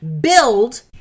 build